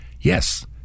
Yes